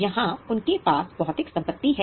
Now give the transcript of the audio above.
क्या उनके पास भौतिक संपत्ति है